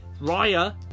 Raya